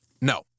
No